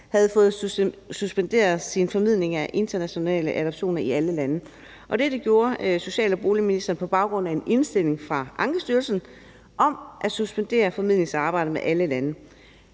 havde fået suspenderet sin formidling af internationale adoptioner i alle lande. Dette gjorde social- og boligministeren på baggrund af en indstilling fra Ankestyrelsen om at suspendere formidlingsarbejdet med alle lande.